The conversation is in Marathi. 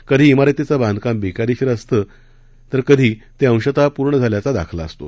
कधी मारतीचं बांधकाम बेकायदेशीर असतं ते अंशतः पूर्ण झाल्याचा दाखला असतो